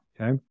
Okay